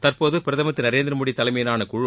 தற்போது பிரதமர் திரு நரேந்திரமோடி தலைமையிலான குழு